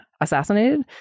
assassinated